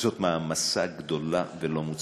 זאת מעמסה גדולה ולא מוצדקת.